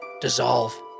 dissolve